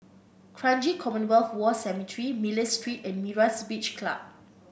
Kranji Commonwealth War Cemetery Miller Street and Myra's Beach Club